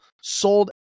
sold